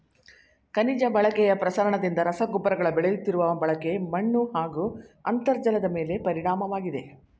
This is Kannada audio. ಖನಿಜ ಬಳಕೆಯ ಪ್ರಸರಣದಿಂದ ರಸಗೊಬ್ಬರಗಳ ಬೆಳೆಯುತ್ತಿರುವ ಬಳಕೆ ಮಣ್ಣುಹಾಗೂ ಅಂತರ್ಜಲದಮೇಲೆ ಪರಿಣಾಮವಾಗಿದೆ